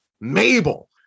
mabel